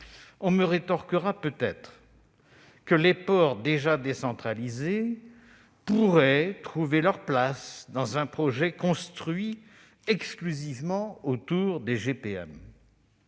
on me rétorquera peut-être que les ports déjà décentralisés pourraient trouver leur place dans un projet construit exclusivement autour des